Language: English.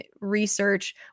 research